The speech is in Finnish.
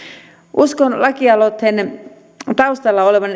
uskon lakialoitteen taustalla olevan